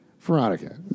Veronica